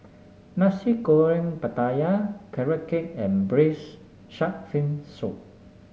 Nasi Goreng Pattaya Carrot Cake and Braised Shark Fin Soup